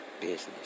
business